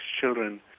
children